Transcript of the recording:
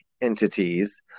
entities